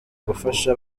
gufasha